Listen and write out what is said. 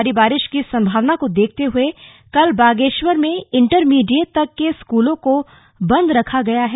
भारी बारिश की संभावना को देखते हुए कल बागेश्वर में इण्टरमीडिएट तक के स्कूलों को बंद रखा गया है